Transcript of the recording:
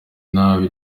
nabi